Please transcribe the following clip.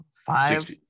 five